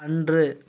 அன்று